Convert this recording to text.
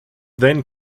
then